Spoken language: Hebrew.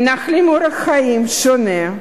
ומנהלות אורח חיים שונה.